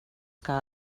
que